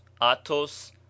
atos